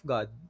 God